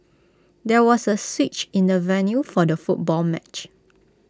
there was A switch in the venue for the football match